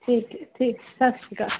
ਠੀਕ ਹੈ ਠੀਕ ਹੈ ਸਤਿ ਸ਼੍ਰੀ ਅਕਾਲ